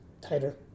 Tighter